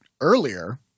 earlier